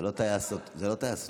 זה לא טייס אוטומטי.